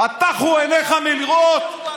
הטחו עיניך מראות?